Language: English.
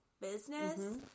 business